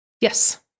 Yes